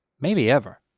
maybe ever.